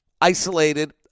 isolated